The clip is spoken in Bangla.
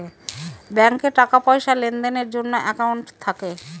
ব্যাঙ্কে টাকা পয়সার লেনদেনের জন্য একাউন্ট থাকে